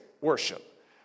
worship